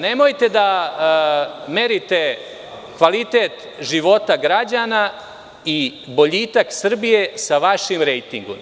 Nemojte da merite kvalitet života građana i boljitak Srbije sa vašim rejtingom.